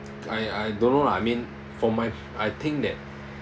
I I don't know lah I mean for my I think that